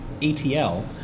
ATL